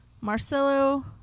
Marcelo